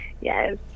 Yes